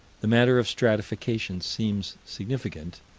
the matter of stratification seems significant,